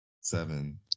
Seven